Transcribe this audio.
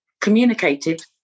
communicated